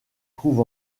trouve